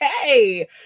hey